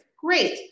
great